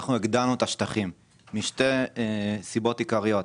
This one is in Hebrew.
אנחנו הגדלנו את השטחים משתי סיבות עיקריות.